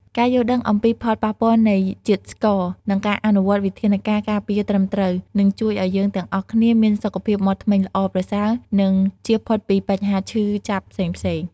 ការយល់ដឹងអំពីផលប៉ះពាល់នៃជាតិស្ករ និងការអនុវត្តវិធានការការពារត្រឹមត្រូវ នឹងជួយឲ្យយើងទាំងអស់គ្នាមានសុខភាពមាត់ធ្មេញល្អប្រសើរ និងជៀសផុតពីបញ្ហាឈឺចាប់ផ្សេងៗ។